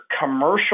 commercial